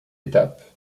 étape